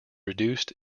reduced